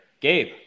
Gabe